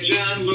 John